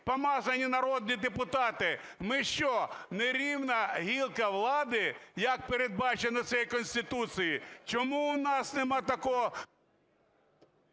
помазані, народні депутати, ми що, не рівна гілка влади, як передбачено Конституцією? Чому у нас нема такого…